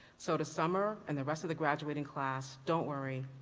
so to summer and the rest of the graduating class, don't worry.